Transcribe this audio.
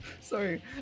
sorry